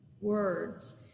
Words